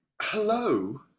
hello